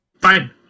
Fine